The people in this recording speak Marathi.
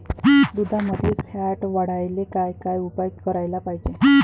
दुधामंदील फॅट वाढवायले काय काय उपाय करायले पाहिजे?